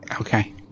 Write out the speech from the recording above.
Okay